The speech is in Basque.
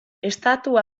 estatua